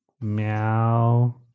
meow